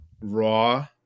raw